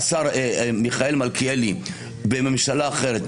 השר מיכאל מלכיאלי בממשלה אחרת,